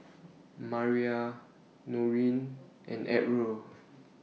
Maria Norine and Errol